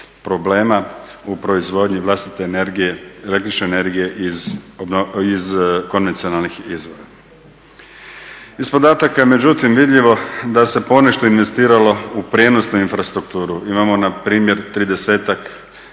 u proizvodnji vlastite el.energije iz konvencionalnih izvora. Iz podataka međutim vidljivo da se ponešto investiralo u prijenosnu infrastrukturu. imamo npr. tridesetak